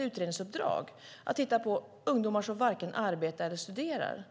utredningsuppdrag att titta på ungdomar som varken arbetar eller studerar.